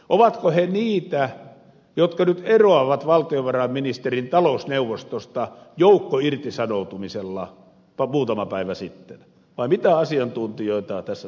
ovatko he niitä jotka nyt erosivat valtiovarainministerin talousneuvostosta joukkoirtisanoutumisella muutama päivä sitten vai mitä asiantuntijoita tässä tarkoitetaan